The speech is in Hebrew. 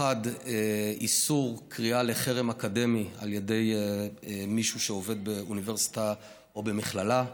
1. איסור קריאה לחרם אקדמי על ידי מישהו שעובד באוניברסיטה או במכללה,